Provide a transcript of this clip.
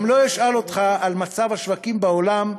גם לא אשאל אותך על מצב השווקים בעולם,